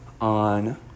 on